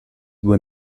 due